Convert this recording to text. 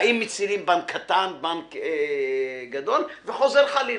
אם מצילים בנק קטן, בנק גדול, וחוזר חלילה.